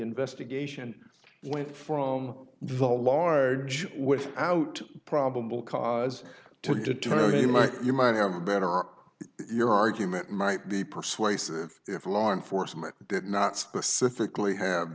investigation went from the large without probable cause to deter you might you might have a better are your argument might be persuasive if law enforcement did not specifically have